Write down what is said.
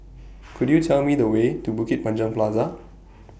Could YOU Tell Me The Way to Bukit Panjang Plaza